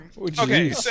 Okay